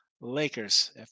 Lakers